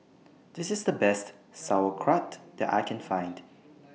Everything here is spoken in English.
This IS The Best Sauerkraut that I Can Find